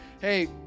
hey